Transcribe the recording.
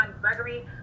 Gregory